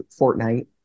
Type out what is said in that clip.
Fortnite